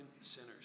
sinners